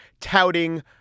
touting